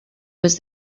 was